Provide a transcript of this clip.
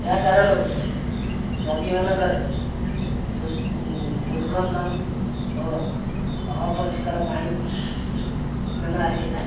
ଏହା କାରଣରୁ ନଦୀମାନଙ୍କରେ ଦୁର୍ଗନ୍ଧ ଓ ଅପରିଷ୍କାର ପାଣି ମାନ ଆସିଥାଏ